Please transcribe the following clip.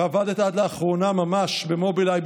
ועבדת עד לאחרונה ממש במובילאיי,